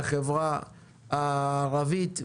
בחברה הערבית,